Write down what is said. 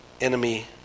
enemy